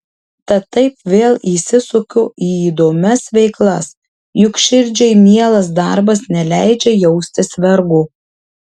tad taip vėl įsisuku į įdomias veiklas juk širdžiai mielas darbas neleidžia jaustis vergu